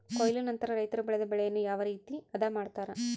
ಕೊಯ್ಲು ನಂತರ ರೈತರು ಬೆಳೆದ ಬೆಳೆಯನ್ನು ಯಾವ ರೇತಿ ಆದ ಮಾಡ್ತಾರೆ?